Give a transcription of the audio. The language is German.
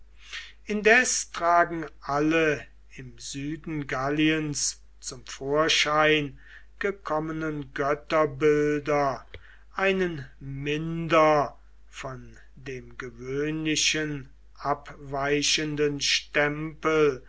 indes tragen alle im süden galliens zum vorschein gekommenen götterbilder einen minder von dem gewöhnlichen abweichenden stempel